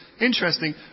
Interesting